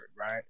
Right